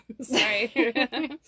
Sorry